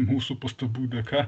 mūsų pastabų dėka